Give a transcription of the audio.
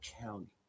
County